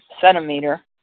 centimeter